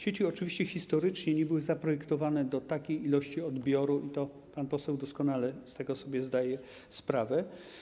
Sieci oczywiście historycznie nie były zaprojektowane do takiej ilości odbioru i pan poseł doskonale z tego sobie zdaje sprawę.